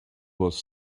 was